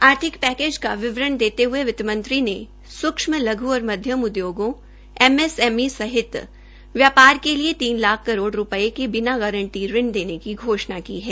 आर्थिक पैकेज का विवरण देते हये वित्तमंत्री ने सूक्ष्म लघु और मध्यम उदयोगों एम एस एम ई सहित व्यापार के लिए तीन लाख करोड़ रूपये के बिना गारंटी ऋण देने की घोषणा की है